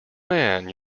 man